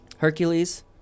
Hercules